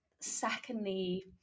secondly